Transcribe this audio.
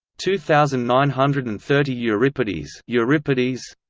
two thousand nine hundred and thirty euripides euripides